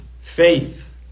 Faith